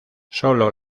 solo